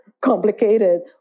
complicated